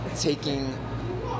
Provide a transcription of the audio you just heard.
taking